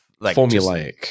formulaic